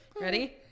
Ready